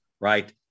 right